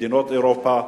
ומדינות אירופה,